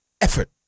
effort